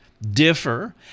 Differ